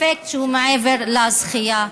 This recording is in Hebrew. אפקט שהוא מעבר לזכייה.